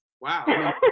wow